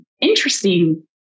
interesting